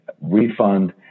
refund